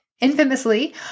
Infamously